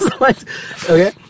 Okay